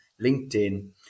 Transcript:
linkedin